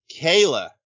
Kayla